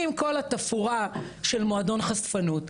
עם כל התפאורה של מועדון חשפנות,